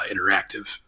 interactive